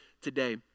today